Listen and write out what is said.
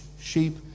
sheep